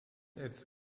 its